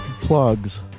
plugs